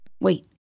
Wait